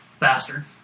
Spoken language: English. Bastard